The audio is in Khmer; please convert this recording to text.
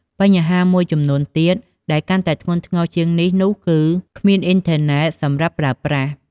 បញ្ហាមួយទៀតដែលកាន់តែធ្ងន់ធ្ងរជាងនេះនោះ គឺការគ្មានអ៊ីនធឺណិតសម្រាប់ប្រើប្រាស់។